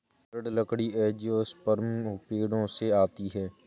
दृढ़ लकड़ी एंजियोस्पर्म पेड़ों से आती है